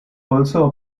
also